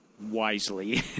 wisely